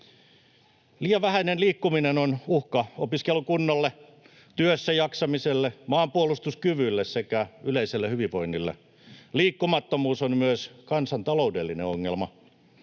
Liian vähäinen liikkuminen on uhka opiskelukunnolle, työssäjaksamiselle, maanpuolustuskyvylle sekä yleiselle hyvinvoinnille. Liikkumattomuus on myös kansantaloudellinen ongelma.